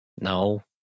no